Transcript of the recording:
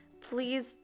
Please